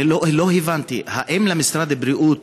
אני לא הבנתי: האם למשרד הבריאות